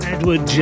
Edward